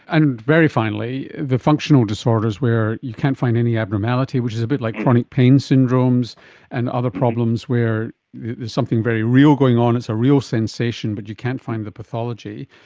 and very finally, the functional disorders where you can't find any abnormality, which is a bit like chronic pain syndromes and other problems where something very real going on, it's a real sensation but you can't find the pathology,